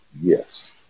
Yes